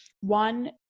one